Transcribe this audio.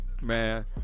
man